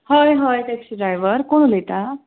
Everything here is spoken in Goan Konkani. हय हय टेक्सी ड्रायवर कोण उलयता